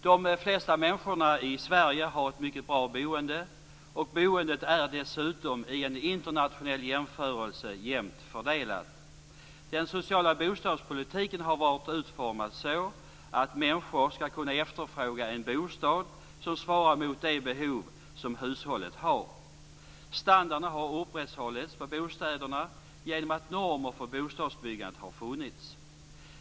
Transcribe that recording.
De flesta människor i Sverige har ett mycket bra boende. Boendet är dessutom, i en internationell jämförelse, jämnt fördelat. Den sociala bostadspolitiken har varit utformad så att människor skall kunna efterfråga en bostad som svarar mot de behov som hushållet har. Standarden på bostäderna har upprätthållits genom att normer för bostadsbyggandet har funnits.